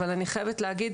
אבל אני חייבת להגיד